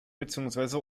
beziehungsweise